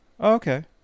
Okay